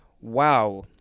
Wow